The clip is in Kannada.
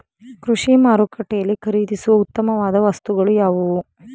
ಕೃಷಿ ಮಾರುಕಟ್ಟೆಯಲ್ಲಿ ಖರೀದಿಸುವ ಉತ್ತಮವಾದ ವಸ್ತುಗಳು ಯಾವುವು?